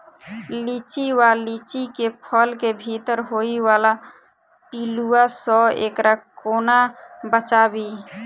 लिच्ची वा लीची केँ फल केँ भीतर होइ वला पिलुआ सऽ एकरा कोना बचाबी?